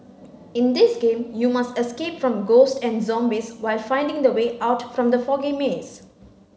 in this game you must escape from ghosts and zombies while finding the way out from the foggy maze